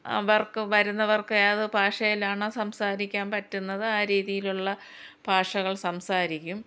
അവർക്ക് വരുന്നവർക്ക് ഏത് ഭാഷയിലാണോ സംസാരിക്കാൻ പറ്റുന്നത് ആ രീതിയിലുള്ള ഭാഷകൾ സംസാരിക്കും